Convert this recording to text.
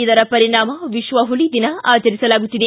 ಇದರ ಪರಿಣಾಮ ವಿತ್ವ ಹುಲಿ ದಿನ ಆಚರಿಸಲಾಗುತ್ತಿದೆ